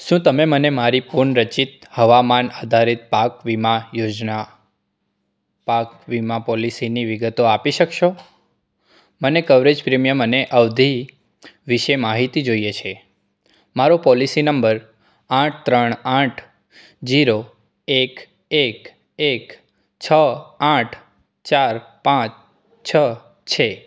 શું તમે મને મારી પુનઃરચિત હવામાન આધારિત પાક વીમા યોજના પાક વીમા પોલિસીની વિગતો આપી શકશો મને કવરેજ પ્રીમિયમ અને અવધિ વિષે માહિતી જોઈએ છે મારો પોલિસી નંબર આઠ ત્રણ આઠ જીરો એક એક એક છ આઠ ચાર પાંચ છ છે